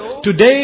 today